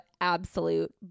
absolute